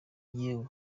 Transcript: yewe